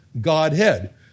Godhead